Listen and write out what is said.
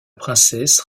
princesse